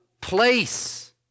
place